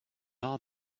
are